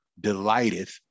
delighteth